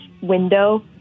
window